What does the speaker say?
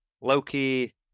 Loki